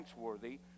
thanksworthy